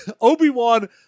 Obi-Wan